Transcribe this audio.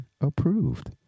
approved